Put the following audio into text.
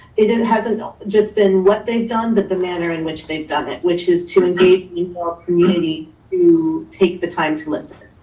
it it hasn't just been what they've done, but the manner in which they've done it, which is to engage me more community to take the time to listen.